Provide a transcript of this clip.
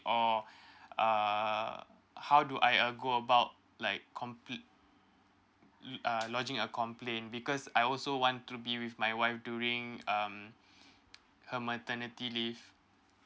or uh how do I uh go about like complete uh lodging a complain because I also want to be with my wife during um her maternity leave